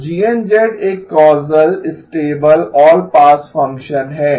तो GN एक causal stable all pass function है